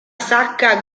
sacca